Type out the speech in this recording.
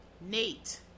Nate